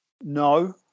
no